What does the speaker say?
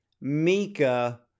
Mika